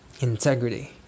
integrity